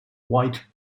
white